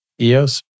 EOS